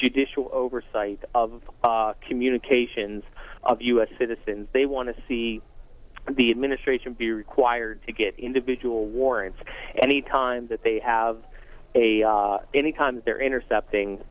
judicial oversight of communications of u s citizens they want to see the administration be required to get individual warrants any time that they have a any time they're intercepting